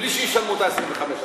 בלי שישלמו את ה-25%.